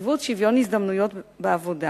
נציבות שוויון הזדמנויות בעבודה